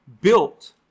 built